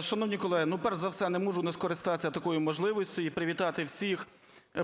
Шановні колеги, перш за все, не можу не скористатися такою можливістю і привітати всіх